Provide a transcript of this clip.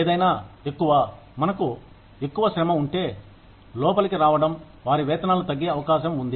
ఏదైనా ఎక్కువ మనకు ఎక్కువ శ్రమ ఉంటే లోపలికి రావడం వారి వేతనాలు తగ్గే అవకాశం ఉంది